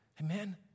Amen